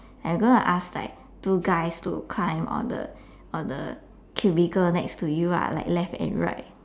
I am gonna ask like two guys to climb on the on the cubicle next to you lah like left and right